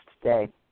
today